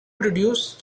produced